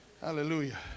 Hallelujah